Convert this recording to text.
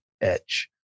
edge